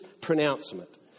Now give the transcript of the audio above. pronouncement